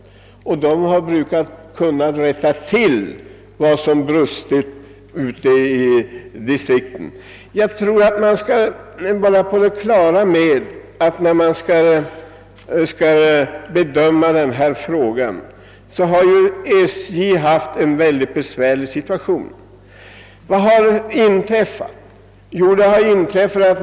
Min erfarenhet av denna kontakt är att departementet har kunnat rätta till vad som brustit ute i distrikten. Jag tror att man skall vara på det klara med, när man skall bedöma denna fråga, att det har varit en mycket besvärlig situation för SJ. Vad har inträffat?